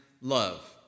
love